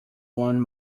won